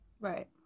Right